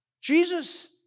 Jesus